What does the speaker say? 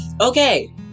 Okay